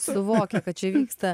suvokia kad čia vyksta